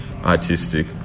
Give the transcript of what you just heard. artistic